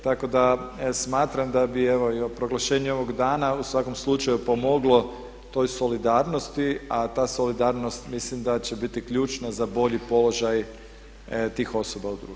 Tako da smatram da bi evo i proglašenje ovog dana u svakom slučaju pomoglo toj solidarnosti, a ta solidarnost mislim da će biti ključna za bolji položaj tih osoba u društvu.